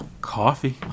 Coffee